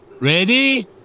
Ready